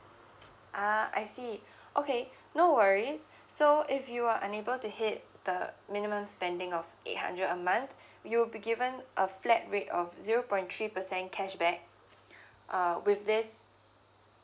ah I see okay no worries so if you are unable to hit the minimum spending of eight hundred a month you will be given a flat rate of zero point three percent cashback uh with this